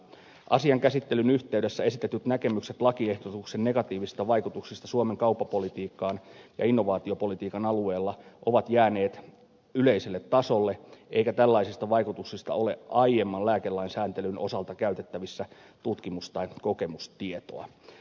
asian käsittelyn yhteydessä esitetyt näkemykset lakiehdotuksen negatiivisista vaikutuksista suomen kauppapolitiikkaan ja innovaatiopolitiikan alueella ovat jääneet yleiselle tasolle eikä tällaisista vaikutuksista ole aiemman lääkelain sääntelyn osalta käytettävissä tutkimus tai kokemustietoa